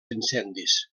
incendis